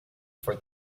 for